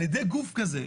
על ידי גוף כזה,